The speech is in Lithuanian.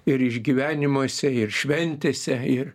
ir išgyvenimuose ir šventėse ir